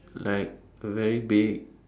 like a very big